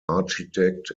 architect